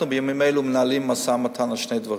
אנחנו בימים אלו מנהלים משא-ומתן על שני דברים: